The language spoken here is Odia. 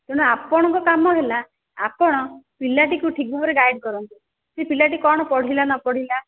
ତେଣୁ ଆପଣଙ୍କ କାମ ହେଲା ଆପଣ ପିଲାଟିକୁ ଠିକ୍ ଭାବରେ ଗାଇଡ଼୍ କରନ୍ତୁ ସେ ପିଲାଟି କ'ଣ ପଢ଼ିଲା ନ ପଢ଼ିଲା